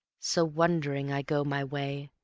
so wondering i go my way,